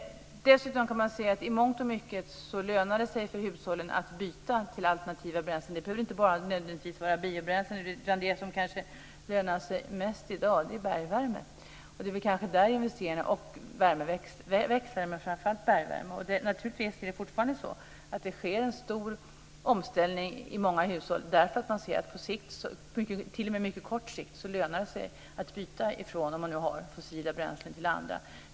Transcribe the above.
Dessutom kan man se att det i mångt och mycket lönar sig för hushållen att byta till alternativa bränslen. Det behöver inte bara nödvändigtvis vara biobränslen, utan det som kanske lönar sig mest i dag är bergvärme och värmeväxlare - men framför allt bergvärme. Det sker fortfarande en stor omställning i många hushåll därför att man ser att det på t.o.m. mycket kort sikt lönar sig att byta från fossila bränslen till andra.